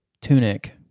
tunic